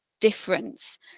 difference